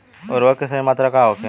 उर्वरक के सही मात्रा का होखे?